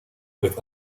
with